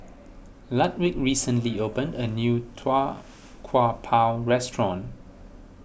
Ludwig recently opened a new Tau Kwa Pau restaurant